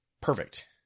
perfect